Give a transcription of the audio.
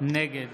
נגד